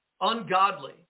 ungodly